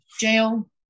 jail